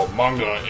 manga